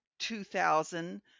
2000